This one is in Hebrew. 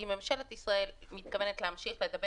אם ממשלת ישראל מתכוונת להמשיך ולדבר